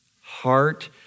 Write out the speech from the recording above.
heart